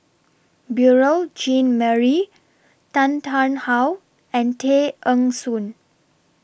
Beurel Jean Marie Tan Tarn How and Tay Eng Soon